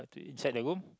inside the room